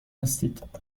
هستید